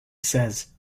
says